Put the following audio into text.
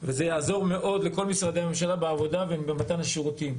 וזה יעזור מאוד לכל משרדי הממשלה בעבודה ובמתן השירותים,